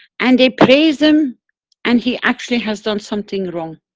and they praise him and he actually has done something wrong.